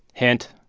hint,